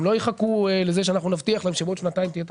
הם לא יחכו לזה שאנחנו נבטיח להם שבעוד שנתיים תהיה תחרות.